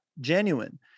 genuine